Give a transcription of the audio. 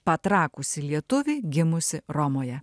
patrakusį lietuvį gimusį romoje